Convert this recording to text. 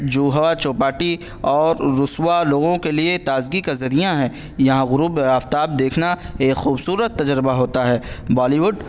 جوہو چوپاٹی اور رسوا لوگوں کے لیے تازگی کا ذریعہ ہیں یہاں غروب آفتاب دیکھنا ایک خوبصورت تجربہ ہوتا ہے بالی وڈ